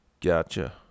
gotcha